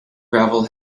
gravel